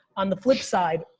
on the flip side,